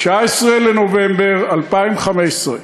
19 בנובמבר 2015,